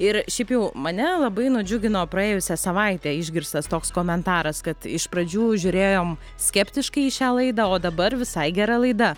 ir šiaip jau mane labai nudžiugino praėjusią savaitę išgirstas toks komentaras kad iš pradžių žiūrėjom skeptiškai į šią laidą o dabar visai gera laida